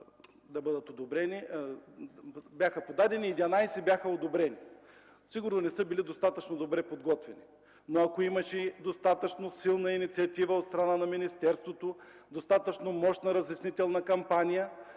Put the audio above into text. само 11 бяха одобрени. Сигурно не са били достатъчно подготвени. Ако имаше достатъчно силна инициатива от страна на министерството, достатъчно мощна разяснителна кампания,